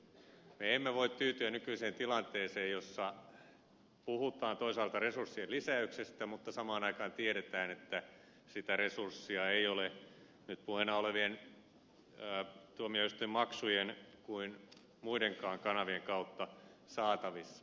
me emme voi tyytyä nykyiseen tilanteeseen jossa toisaalta puhutaan resurssien lisäyksestä mutta samaan aikaan tiedetään että sitä resurssia ei ole nyt puheena olevien tuomioistuinmaksujen eikä muidenkaan kanavien kautta saatavissa